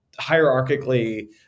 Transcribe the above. hierarchically